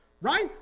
right